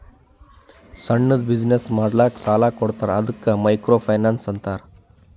ಸಣ್ಣುದ್ ಬಿಸಿನ್ನೆಸ್ ಮಾಡ್ಲಕ್ ಸಾಲಾ ಕೊಡ್ತಾರ ಅದ್ದುಕ ಮೈಕ್ರೋ ಫೈನಾನ್ಸ್ ಅಂತಾರ